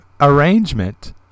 arrangement